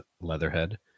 Leatherhead